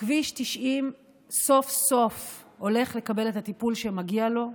שכביש 90 סוף-סוף הולך לקבל את הטיפול שמגיע לו.